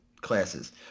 classes